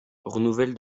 renouvelle